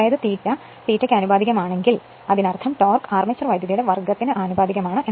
അതായത് ∅∅ ന് ആനുപാതികമാണെങ്കിൽ അതിനർത്ഥം ടോർക്ക് ആർമേച്ചർ വൈദ്യുതിയുടെ വർഗ്ഗത്തിന് ആനുപാതികമാണ്